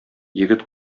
егет